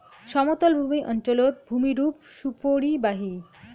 সমতলভূমি অঞ্চলত ভূমিরূপ সুপরিবাহী